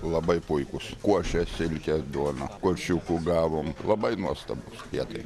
labai puikūs kuošė silkė duona kūčiukų gavom labai nuostabūs pietai